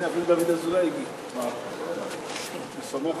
אדוני היושב-ראש,